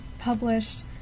published